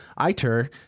ITER